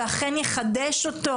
ואכן יחדד אותו,